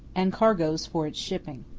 and cargoes for its shipping.